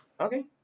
Okay